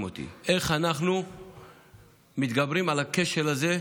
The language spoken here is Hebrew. אותי הוא איך אנחנו מתגברים על הכשל הזה.